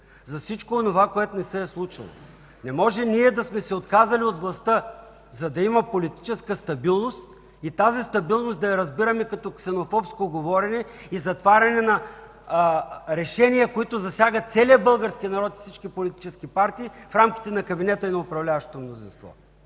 за всичко онова, което не се е случило! Не може ние да сме се отказали от властта, за да има политическа стабилност и тази стабилност да я разбираме като ксенофобско говорене и затваряне на решения, които засягат целия български народ и всички политически партии, в рамките на кабинета и на управляващото мнозинство!